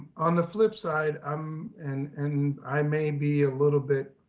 on the flip side um and and i may be a little bit